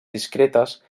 discretes